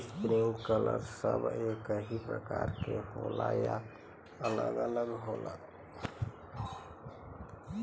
Sprinkler सब एकही प्रकार के होला या अलग अलग होला?